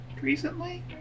Recently